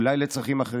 אולי לצרכים אחרים.